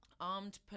Armed